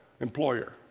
employer